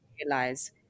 realize